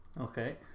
Okay